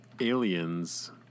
Aliens